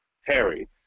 Harry